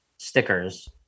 stickers